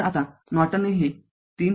तरआता नॉर्टनने हे ३